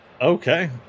Okay